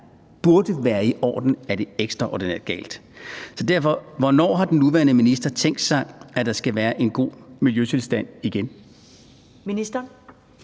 burde være i orden, ekstraordinært galt. Så derfor: Hvornår har den nuværende minister tænkt sig, at der skal være en god miljøtilstand igen? Kl.